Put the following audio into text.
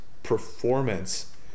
performance